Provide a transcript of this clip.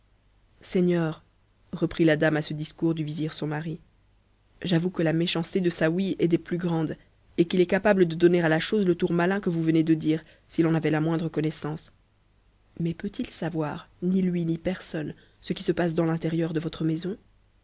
seigneur reprit la dame à ce discours du vizirson mari j'avoue que la méchanceté de saouy est des plus grandes et qu'il est capable de donner à la chose le tour malin que vous venez de dire s'il en avait la moindre connaissance mais peut-il savoir ni lui ni personne ce qui se passe dans l'intérieur de votre maison